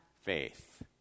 faith